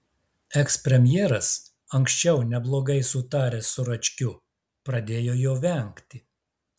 ekspremjeras anksčiau neblogai sutaręs su račkiu pradėjo jo vengti